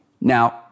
now